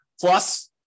Plus